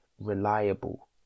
reliable